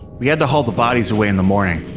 we had to haul the bodies away in the morning.